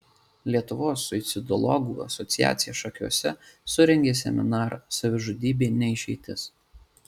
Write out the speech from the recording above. lietuvos suicidologų asociacija šakiuose surengė seminarą savižudybė ne išeitis